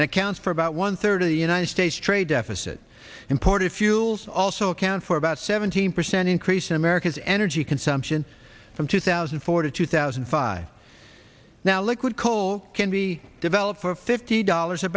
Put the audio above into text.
accounts for about one third of the united states trade deficit imported fuels also account for about seventeen percent increase america's energy consumption from two thousand and four to two thousand and five that liquid coal can be developed for fifty dollars a